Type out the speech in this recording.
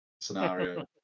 scenario